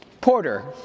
Porter